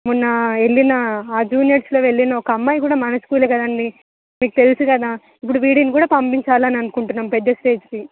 మొన్న వెళ్ళిన ఆ జూనియర్స్లో వెళ్ళిన ఒక అమ్మాయి కూడా మన స్కూల్ కదండి మీకు తెలుసు కదా ఇప్పుడు వీడిని కూడా పంపించాలని అనుకుంటున్నాం పెద్ద స్టేజ్కి